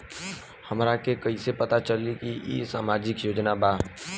हमरा के कइसे पता चलेगा की इ सामाजिक योजना बा?